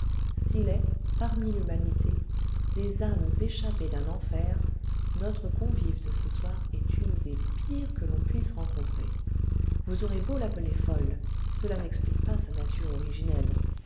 s'il est parmi l'humanité des âmes échappées d'un enfer notre convive de ce soir est une des pires que l'on puisse rencontrer vous aurez beau l'appeler fol cela n'explique pas sa nature originelle